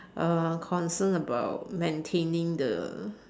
uh concerned about maintaining the